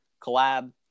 collab